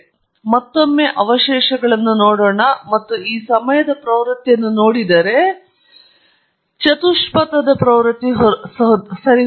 ಆದ್ದರಿಂದ ಮತ್ತೊಮ್ಮೆ ಅವಶೇಷಗಳನ್ನು ನೋಡೋಣ ಮತ್ತು ಈ ಸಮಯದ ಪ್ರವೃತ್ತಿಯನ್ನು ನೋಡಿದರೆ ಚತುಷ್ಪಥದ ಪ್ರವೃತ್ತಿ ಸರಿಹೊಂದಿದೆ